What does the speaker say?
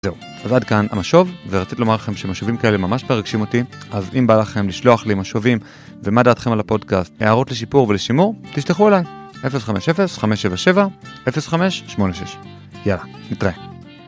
זהו, ועד כאן המשוב, ורציתי לומר לכם שמשובים כאלה ממש מרגשים אותי, אז אם בא לכם לשלוח לי משובים ומה דעתכם על הפודקאסט, הערות לשיפור ולשימור, תשלחו אליי, 050-577-0586. יאללה, נתראה.